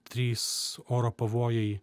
trys oro pavojai